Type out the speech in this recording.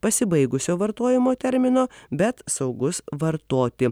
pasibaigusio vartojimo termino bet saugus vartoti